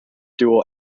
dual